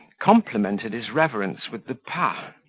complimented his reverence with the pas,